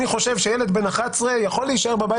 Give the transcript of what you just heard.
אני חושב שילד בן 11 יכול להישאר בבית